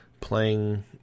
playing